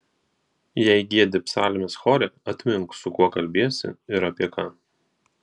jei giedi psalmes chore atmink su kuo kalbiesi ir apie ką